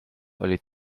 olid